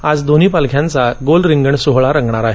आज दोन्ही पालख्यांचा गोल रिंगण सोहळा रंगणार आहे